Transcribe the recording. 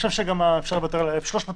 אני חושב שגם אפשר לוותר על ה-1,300 האלה,